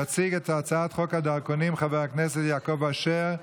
יציג את הצעת חוק הדרכונים חבר הכנסת יעקב אשר,